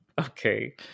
okay